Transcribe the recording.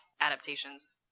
adaptations